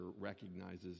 recognizes